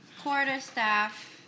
Quarterstaff